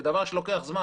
זה דבר שלוקח זמן.